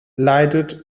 leidet